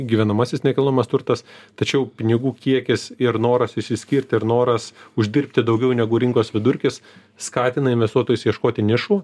gyvenamasis nekilnojamas turtas tačiau pinigų kiekis ir noras išsiskirti ir noras uždirbti daugiau negu rinkos vidurkis skatina investuotojus ieškoti nišų